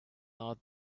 not